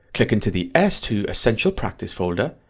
click into the s two essential practice folder,